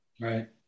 Right